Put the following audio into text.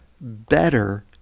better